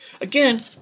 again